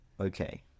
okay